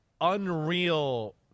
unreal